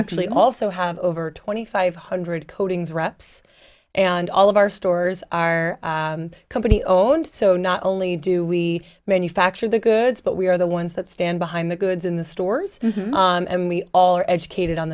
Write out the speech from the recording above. actually also have over twenty five hundred coatings reps and all of our are stores company own so not only do we manufacture the goods but we are the ones that stand behind the goods in the stores and we all are educated on